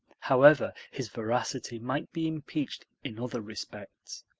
however his veracity might be impeached in other respects.